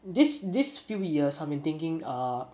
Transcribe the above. these these few years I've been thinking err